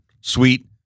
sweet